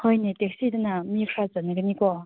ꯍꯣꯏꯅꯦ ꯇꯦꯛꯁꯤꯗꯨꯅ ꯃꯤ ꯈꯔ ꯆꯟꯒꯅꯤꯀꯣ